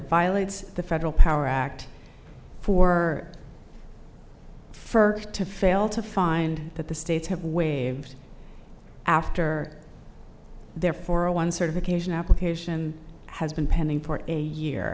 violates the federal power act for first to fail to find that the states have waived after therefore a one certification application has been pending for a year